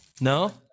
No